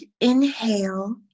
inhale